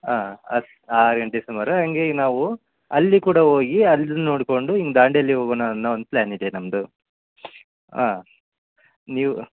ಹಾಂ ಹತ್ ಆರು ಗಂಟೆ ಸುಮಾರು ಹಂಗೆ ನಾವು ಅಲ್ಲಿ ಕೂಡ ಹೋಗಿ ಅಲ್ಲಿ ನೋಡಿಕೊಂಡು ಹಿಂಗ್ ದಾಂಡೇಲಿ ಹೋಗೋಣ ಅನ್ನೋ ಒಂದು ಪ್ಲ್ಯಾನ್ ಇದೆ ನಮ್ಮದು ಹಾಂ ನೀವು